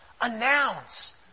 announce